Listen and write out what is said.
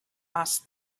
asked